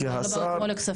הם גם לא באו אתמול לכספים.